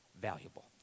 valuable